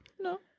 no